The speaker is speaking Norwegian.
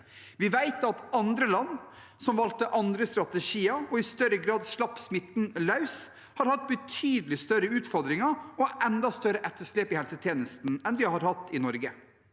Vi vet at andre land, som valgte andre strategier og i større grad slapp smitten løs, har hatt betydelig større utfordringer og enda større etterslep i helsetjenesten enn vi har hatt i Norge.